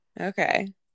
Okay